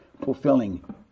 fulfilling